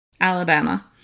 Alabama